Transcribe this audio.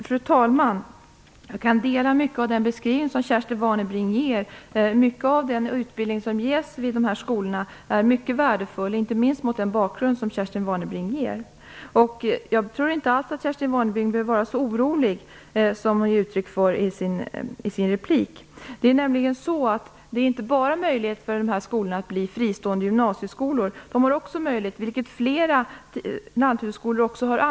Fru talman! Jag delar Kerstin Warnerbrings uppfattning om att mycket av den utbildning som ges vid de här skolorna är mycket värdefull, inte minst mot den bakgrund som Kerstin Warnerbring ger. Jag tror inte alls att Kerstin Warnerbring behöver vara så orolig som hon ger uttryck för att hon är i sin replik. Det är nämligen så att det inte bara finns möjlighet för de här skolorna att bli fristående gymnasieskolor. De har också möjlighet att bli en kompletterande skola.